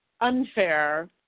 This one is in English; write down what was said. unfair